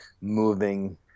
moving